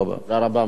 מה אדוני מבקש?